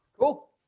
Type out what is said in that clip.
Cool